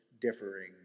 differing